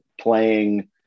playing